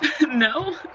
No